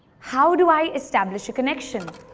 how do i establish a connection?